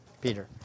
Peter